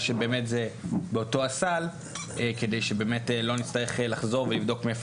שבאמת זה באותו הסל כדי שבאמת לא נצטרך לחזור ולבדוק מאיפה